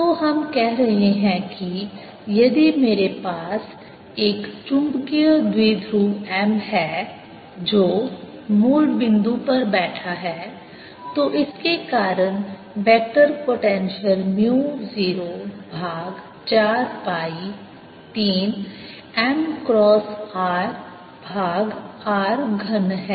Vr14π0prr3 तो हम कह रहे हैं कि यदि मेरे पास एक चुंबकीय द्विध्रुव m है जो मूल बिंदु पर बैठा है तो इसके कारण वेक्टर पोटेंशियल म्यू 0 भाग 4 पाई 3 m क्रॉस r भाग r घन है